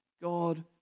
God